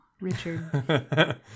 Richard